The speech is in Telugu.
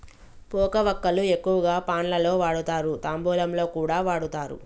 పోక వక్కలు ఎక్కువగా పాన్ లలో వాడుతారు, తాంబూలంలో కూడా వాడుతారు